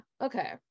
okay